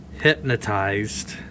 hypnotized